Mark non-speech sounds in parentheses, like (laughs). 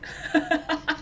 (laughs)